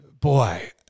boy